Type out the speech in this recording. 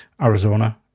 arizona